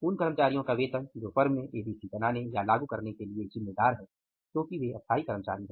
उन कर्मचारियों का वेतन जो फर्म में एबीसी बनाने या लागू करने के लिए जिम्मेदार हैं क्योंकि वे स्थायी कर्मचारी हैं